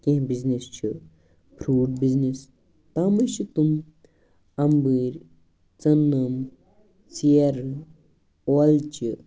کیٚنٛہہ بِزنٮ۪س چھُ fruit business تَتھ منٛز چھُ تِم اَمبٔرۍ ژٕنن ژیرٕ ٲلچہِ